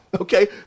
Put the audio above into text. Okay